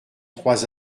trois